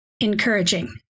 encouraging